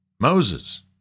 Moses